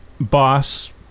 boss